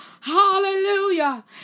Hallelujah